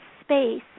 space